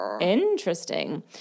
interesting